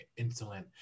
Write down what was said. insulin